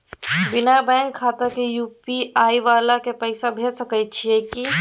बिना बैंक खाता के यु.पी.आई वाला के पैसा भेज सकै छिए की?